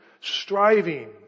striving